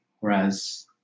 Whereas